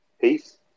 Peace